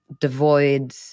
devoid